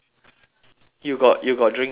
you got you got drink their water ah